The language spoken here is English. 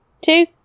two